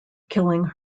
killing